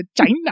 china